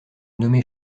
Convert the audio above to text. nommé